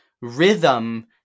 rhythm